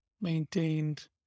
maintained